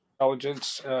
intelligence